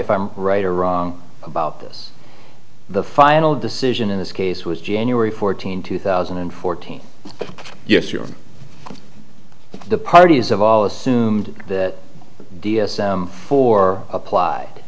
if i'm right or wrong about this the final decision in this case was january fourteenth two thousand and fourteen yes you're the parties of all assumed that the d s m four applied